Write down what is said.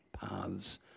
paths